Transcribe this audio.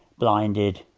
blinded.